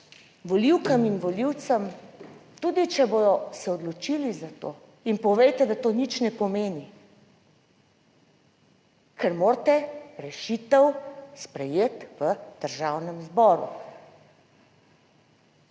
volivkam in volivcem, tudi če bodo se odločili za to, jim povejte, da to nič ne pomeni, ker morate rešitev sprejeti v Državnem zboru.